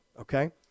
okay